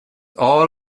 all